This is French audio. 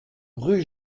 rue